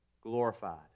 glorified